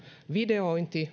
videointi